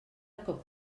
cop